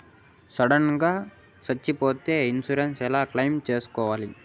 Sudden గా సచ్చిపోతే insurance ఎలా క్లెయిమ్ సేసుకోవాలి?